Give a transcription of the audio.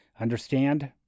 Understand